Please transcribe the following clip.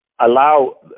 allow